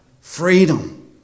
freedom